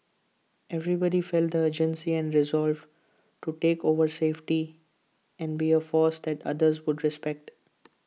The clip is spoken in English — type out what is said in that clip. everybody felt the urgency and resolve to take over safely and be A force that others would respect